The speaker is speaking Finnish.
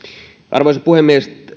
arvoisa puhemies